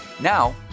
Now